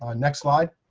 ah next slide.